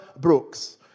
brooks